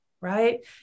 right